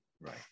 right